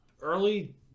early